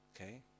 Okay